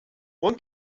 one